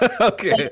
Okay